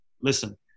listen